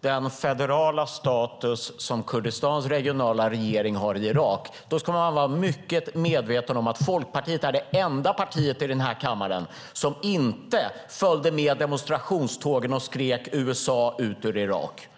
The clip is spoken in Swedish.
den federala status som Kurdistans regionala regering har i Irak ska man vara medveten om att Folkpartiet var det enda partiet i den här kammaren som inte följde med demonstrationstågen och skrek "USA ut ur Irak".